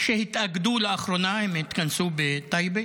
שהתאגדו לאחרונה, הם התכנסו בטייבה,